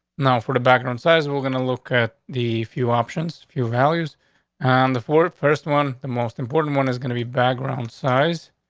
no, for the background size, we're gonna look at the few options fuel values on and the four first one. the most important one is gonna be background size,